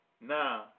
Now